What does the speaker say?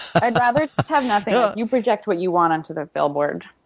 i'd rather have nothing. no you project what you want onto the billboards.